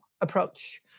approach